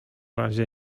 razie